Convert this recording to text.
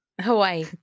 Hawaii